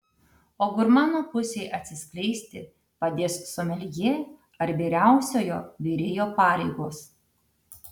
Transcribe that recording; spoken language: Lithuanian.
o gurmano pusei atsiskleisti padės someljė ar vyriausiojo virėjo pareigos